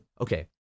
Okay